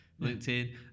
linkedin